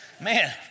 Man